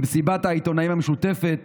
במסיבת העיתונאים המשותפת